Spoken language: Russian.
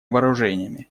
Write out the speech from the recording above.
вооружениями